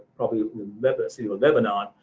probably literacy webinar,